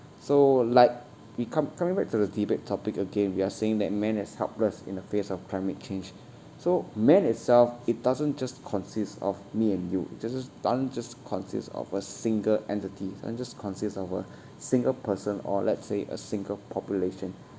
so like we come coming back to the debate topic again we are saying that men is helpless in the face of climate change so men itself it doesn't just consists of me and you it doesn't just consists of a single entity doesn't just consists of a single person or let's say a single population